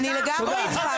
אני לגמרי איתך.